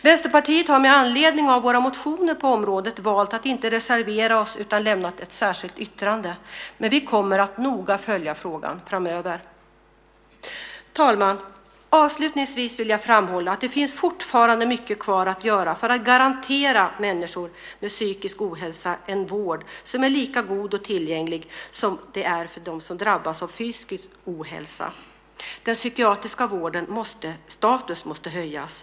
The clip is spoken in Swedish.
Vänsterpartiet har med anledning av våra motioner på området valt att inte reservera oss, utan vi har lämnat ett särskilt yttrande. Men vi kommer att noga följa frågan framöver. Herr talman! Avslutningsvis vill jag framhålla att det fortfarande finns mycket kvar att göra för att garantera människor med psykisk ohälsa en vård som är lika god och tillgänglig som den är för dem som drabbas av fysisk ohälsa. Den psykiatriska vårdens status behöver höjas.